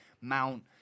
Mount